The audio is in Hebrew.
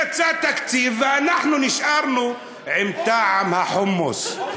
יצא תקציב, ואנחנו נשארנו עם טעם החומוס.